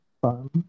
Fun